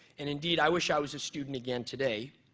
and indeed i wish i was a student again today,